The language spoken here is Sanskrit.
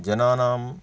जनानां